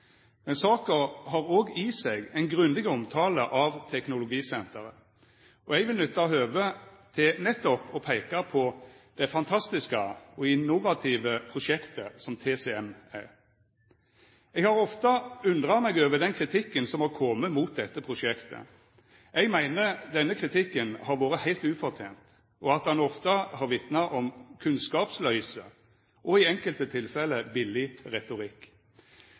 Men saka har òg i seg ein grundig omtale av teknologisenteret, og eg vil nytta høvet til nettopp å peika på det fantastiske og innovative prosjektet som TCM er. Eg har ofte undra meg over den kritikken som har kome mot dette prosjektet. Eg meiner denne kritikken har vore heilt ufortent, og at han ofte har vitna om kunnskapsløyse og i enkelte tilfelle billig retorikk.